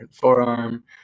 forearm